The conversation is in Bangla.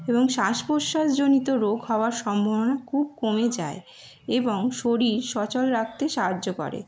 এবং শ্বাস প্রশ্বাস জনিত রোগ হওয়ার সম্ভাবনা খুব কমে যায় এবং শরীর সচল রাখতে সাহায্য করে